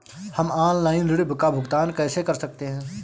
हम ऑनलाइन ऋण का भुगतान कैसे कर सकते हैं?